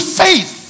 faith